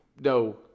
No